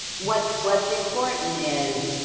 what's what's important is,